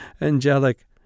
angelic